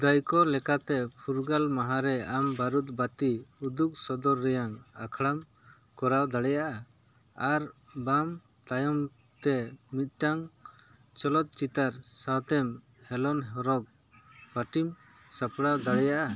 ᱫᱟᱹᱭᱠᱟᱹ ᱞᱮᱠᱟᱛᱮ ᱯᱷᱩᱨᱜᱟᱹᱞ ᱢᱟᱦᱟ ᱨᱮ ᱟᱢ ᱵᱟᱹᱨᱩᱫᱽ ᱵᱟᱹᱛᱤ ᱩᱫᱩᱜ ᱥᱚᱫᱚᱨ ᱨᱮᱭᱟᱜ ᱟᱠᱷᱲᱟᱢ ᱠᱚᱨᱟᱣ ᱫᱟᱲᱮᱭᱟᱜᱼᱟ ᱟᱨ ᱵᱟᱝ ᱛᱟᱭᱚᱢᱛᱮ ᱢᱤᱫᱴᱟᱱ ᱪᱚᱞᱚᱛᱪᱤᱛᱟᱹᱨ ᱥᱟᱶᱛᱮᱢ ᱦᱮᱞᱳᱱ ᱦᱮᱨᱚᱵ ᱯᱟᱹᱴᱤᱢ ᱥᱟᱯᱲᱟᱣ ᱫᱟᱲᱮᱭᱟᱜᱼᱟ